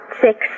six